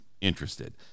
interested